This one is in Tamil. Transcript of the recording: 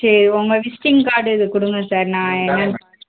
சரி உங்கள் விசிட்டிங் கார்டு இது கொடுங்க சார் நான் என்னென்னு பாத்து